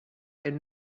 elle